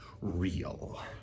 real